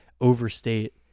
overstate